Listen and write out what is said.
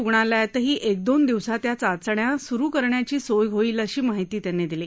रुग्णालयातही एक दोन दिवसात या चाचण्या सुरू करण्याची सोय होईल अशी माहिती त्यांनी दिली